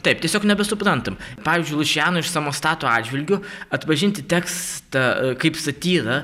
taip tiesiog nebesuprantam pavyzdžiui lučiano iš samostato atžvilgiu atpažinti tekstą kaip satyrą